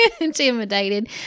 Intimidated